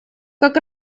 как